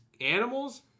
animals